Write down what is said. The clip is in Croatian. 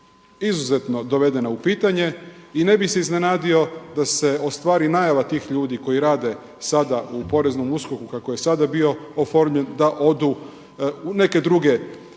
izuzetno dovedena u pitanje. I ne bih se iznenadio da se ostvari najava tih ljudi koji rade sada u poreznom USKOK-u kako je sada bio oformljen, da odu u neke druge